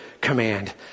command